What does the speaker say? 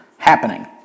Happening